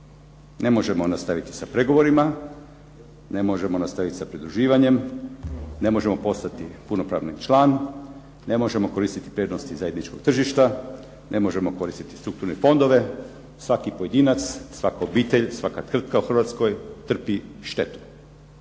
Ne možemo nastaviti sa pregovorima, ne možemo nastaviti sa pridruživanjem, ne možemo postati punopravni član, ne možemo koristiti prednosti zajedničkog tržišta, ne možemo koristiti strukturne fondove. Svaki pojedinac, svaka obitelj, svaka tvrtka u Hrvatskoj trpi štetu.